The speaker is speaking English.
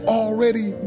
already